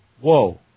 Whoa